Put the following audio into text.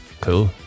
cool